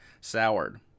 soured